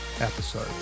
episode